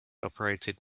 operated